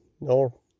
No